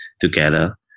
together